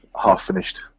half-finished